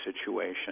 situation